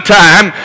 time